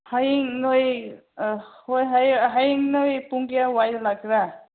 ꯍꯌꯦꯡ ꯅꯣꯏ ꯍꯣꯏ ꯍꯌꯦꯡ ꯍꯌꯦꯡ ꯅꯣꯏ ꯄꯨꯡ ꯀꯌꯥ ꯋꯥꯏꯗ ꯂꯥꯛꯀꯦꯔ